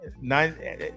nine